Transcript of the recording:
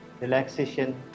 relaxation